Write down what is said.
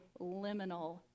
liminal